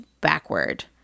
backward